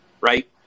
Right